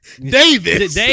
Davis